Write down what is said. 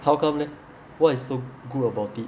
how come leh what is so good about it